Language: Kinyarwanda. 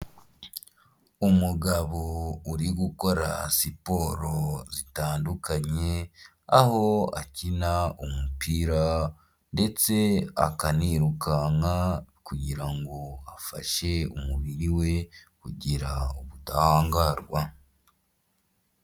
Umugabo uri gukora siporo zitandukanye, aho akina umupira ndetse akanirukanka kugira ngo afashe umubiri we kugira ubudahangarwa.